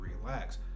relax